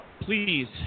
Please